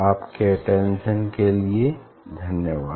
आपके अटेंशन के लिए धन्यवाद